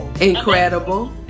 incredible